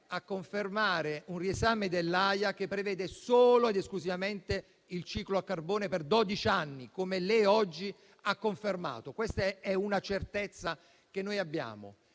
a confermare un riesame dell'AIA che prevede solo ed esclusivamente il ciclo a carbone per dodici anni, come lei oggi ha confermato: questa è una certezza che noi abbiamo.